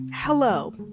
Hello